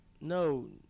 no